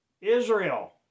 Israel